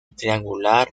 triangular